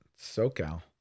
SoCal